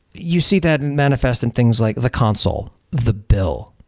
you see that in manifest in things like the console, the bill,